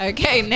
Okay